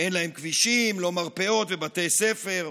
ואין להם כבישים ומרפאות ובתי ספר.